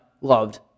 loved